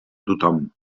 tothom